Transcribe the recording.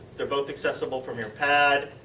they are both accessible from your pad.